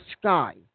Sky